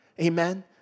Amen